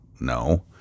No